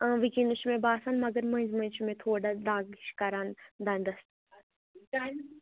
وُنِکٮ۪نَس چھِ مےٚ باسان مگر مٔنٛزۍ مٔنٛزۍ چھِ مےٚ تھوڑا دَگ ہِش کَران دَنٛدس